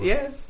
Yes